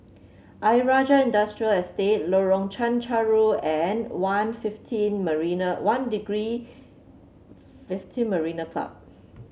Ayer Rajah Industrial Estate Lorong Chencharu and One fifteen Marina One Degree fifteen Marine Club